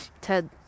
Ted